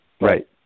right